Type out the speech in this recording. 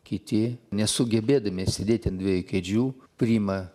kiti nesugebėdami sėdėti ant dviejų kėdžių priima